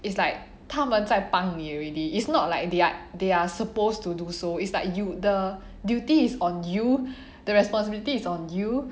it's like 他们在帮你 already it's not like they are they are supposed to do so it's like you the duty is on you the responsibility is on you